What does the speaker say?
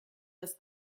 das